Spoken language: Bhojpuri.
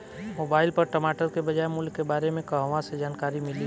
मोबाइल पर टमाटर के बजार मूल्य के बारे मे कहवा से जानकारी मिली?